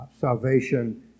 salvation